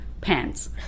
pants